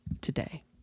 today